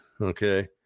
Okay